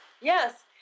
yes